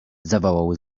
zawołał